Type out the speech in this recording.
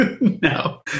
No